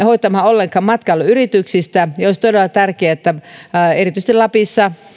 hoitamaan ollenkaan matkailuyrityksistä ja olisi todella tärkeää että erityisesti lapissa